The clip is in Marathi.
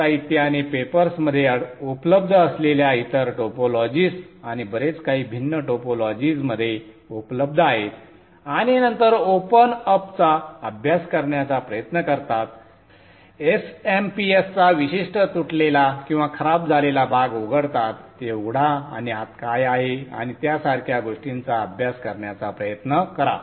ते साहित्य आणि पेपर्समध्ये उपलब्ध असलेल्या इतर टोपोलॉजीज आणि बरेच काही भिन्न टोपोलॉजीजमध्ये उपलब्ध आहेत आणि नंतर ओपन अपचा अभ्यास करण्याचा प्रयत्न करतात SMPS चा विशिष्ट तुटलेला किंवा खराब झालेला भाग उघडतात ते उघडा आणि आत काय आहे आणि त्यासारख्या गोष्टींचा अभ्यास करण्याचा प्रयत्न करा